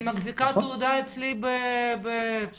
אני מחזיקה תעודה אצלי בידיים,